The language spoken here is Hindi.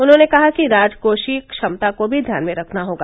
उन्होंने कहा कि राजकोपीय क्षमता को भी ध्यान में रखना होगा